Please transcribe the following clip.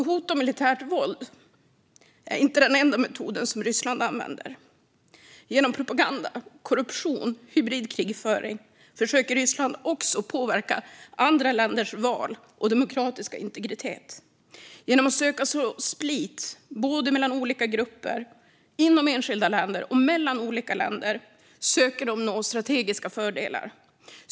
Hot om militärt våld är inte den enda metod som Ryssland använder. Genom propaganda, korruption och hybridkrigföring försöker Ryssland också påverka andra länders val och demokratiska integritet. Genom att söka så split både mellan olika grupper inom enskilda länder och mellan olika länder söker de nå strategiska fördelar.